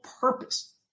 purpose